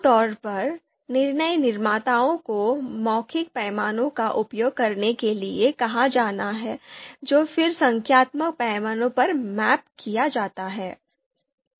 आमतौर पर निर्णय निर्माताओं को मौखिक पैमाने का उपयोग करने के लिए कहा जाता है जो फिर संख्यात्मक पैमाने पर मैप किया जाता है